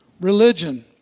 religion